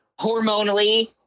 hormonally